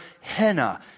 henna